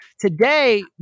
today